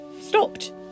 stopped